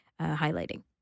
highlighting